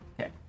Okay